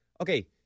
Okay